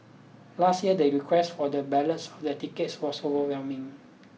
last year they request for the ballots of the tickets was overwhelming